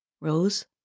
Rose